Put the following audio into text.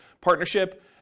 partnership